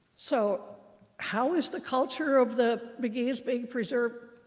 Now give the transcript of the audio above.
so how is the culture of the beguines being preserved?